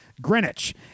Greenwich